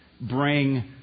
Bring